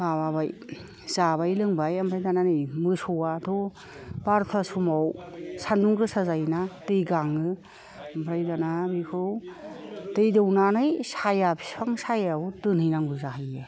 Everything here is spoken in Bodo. माबाबाय जाबाय लोंबाय ओमफ्राय दाना नै मोसौआथ' बार'था समाव सानदुं गोसा जायो ना दै गाङो ओमफ्राय दाना बेखौ दै दौनानै साया बिफां सायायाव दोनहैनांगौ जाहैयो